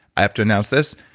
i have to announce this,